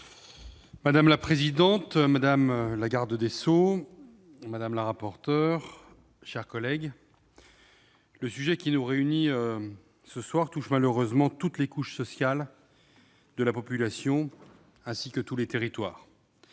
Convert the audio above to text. Madame la présidente, madame la garde des sceaux, mes chers collègues, le sujet qui nous réunit ce soir concerne malheureusement toutes les couches sociales de la population, ainsi que tous les territoires.